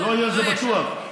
לא יהיה, זה בטוח.